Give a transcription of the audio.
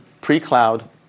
pre-cloud